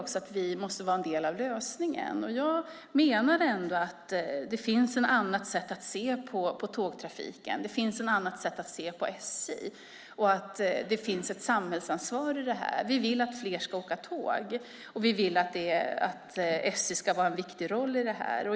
Men vi måste också vara en del av lösningen. Det finns ett annat sätt att se på tågtrafiken, ett annat sätt att se på SJ och ett samhällsansvar. Vi vill att fler ska åka tåg, och vi vill att SJ ska ha en viktig roll i detta.